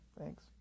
thanks